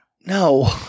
No